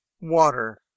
Water